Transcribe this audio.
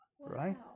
right